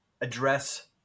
address